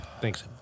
Thanks